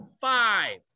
five